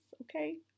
okay